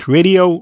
Radio